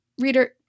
reader